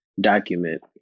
document